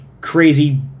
crazy